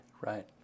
Right